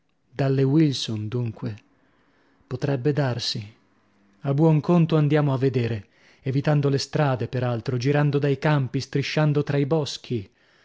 dalle wilson dunque potrebbe darsi a buon conto andiamo a vedere evitando le strade per altro girando dai campi strisciando tra i boschi